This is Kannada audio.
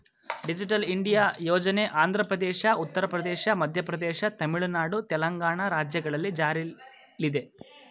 ಡಿಜಿಟಲ್ ಇಂಡಿಯಾ ಯೋಜನೆ ಆಂಧ್ರಪ್ರದೇಶ, ಉತ್ತರ ಪ್ರದೇಶ, ಮಧ್ಯಪ್ರದೇಶ, ತಮಿಳುನಾಡು, ತೆಲಂಗಾಣ ರಾಜ್ಯಗಳಲ್ಲಿ ಜಾರಿಲ್ಲಿದೆ